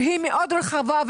שהיא מאוד רחבה.